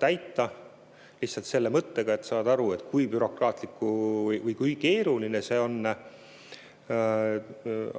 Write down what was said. täita lihtsalt selle mõttega, et saada aru, kui bürokraatlik või kui keeruline see on.